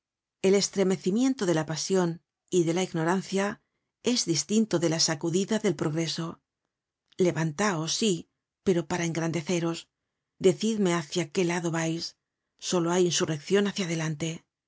el estremecimiento de la pasion y de la ignorancia es distinto de la sacudida del progreso levantaos sí pero para engrandeceros decidme hacia qué lado vais solo hay insurreccion hacia adelante